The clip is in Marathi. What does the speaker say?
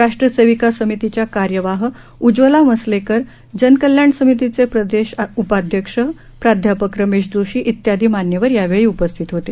राष्ट्रसेविका समितीच्या कार्यवाह उज्वला मसलेकर जनकल्याण समितीचे प्रदेश उपाध्यक्ष प्राध्यापक रमेशराव जोशी इत्यादी मान्यवर यावेळी उपस्थित होते